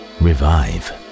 revive